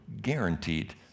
guaranteed